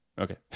Okay